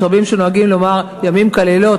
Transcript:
יש רבים שנוהגים לומר "ימים כלילות",